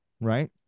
right